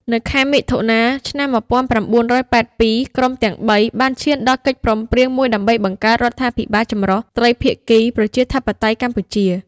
នៅខែមិថុនា ឆ្នាំ ១៩៨២ ក្រុមទាំងបីបានឈានដល់កិច្ចព្រមព្រៀងមួយដើម្បីបង្កើត រដ្ឋាភិបាលចម្រុះត្រីភាគីប្រជាធិបតេយ្យកម្ពុជា ។